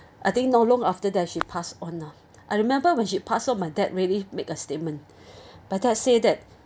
I think not long after that she passed on lah I remember when she passed on my dad really make a statement but then I say that